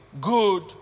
good